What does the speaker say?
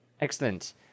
Excellent